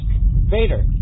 Vader